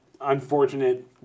unfortunate